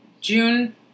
June